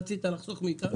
את זה רצית לחסוך מאתנו?